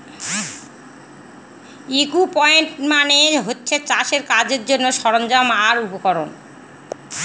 equipment মানে হচ্ছে চাষের কাজের জন্যে সরঞ্জাম আর উপকরণ